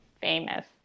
famous